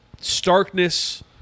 starkness